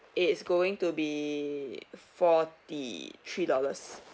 it's going to be forty three dollars